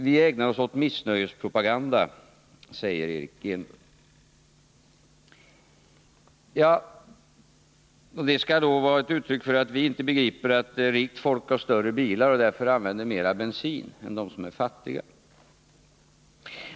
Vi ägnar oss åt missnöjespropaganda, säger Eric Enlund. Ja, det skall då vara ett uttryck för att vi inte begriper att rikt folk har större bilar och därför använder mera bensin än de som är fattiga.